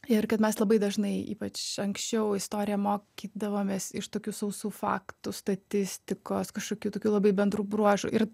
ir kad mes labai dažnai ypač anksčiau istoriją mokydavomės iš tokių sausų faktų statistikos kažkokių tokių labai bendrų bruožų ir